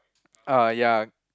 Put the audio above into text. ah ya